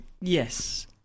yes